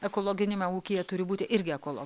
ekologiniame ūkyje turi būti irgi ekolo